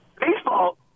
baseball